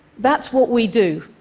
that's what we do,